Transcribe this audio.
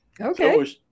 Okay